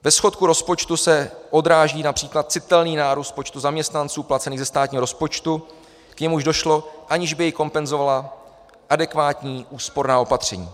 Ve schodku rozpočtu se odráží například citelný nárůst počtu zaměstnanců placených ze státního rozpočtu, k němuž došlo, aniž by jej kompenzovala adekvátní úsporná opatření.